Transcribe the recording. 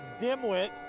dimwit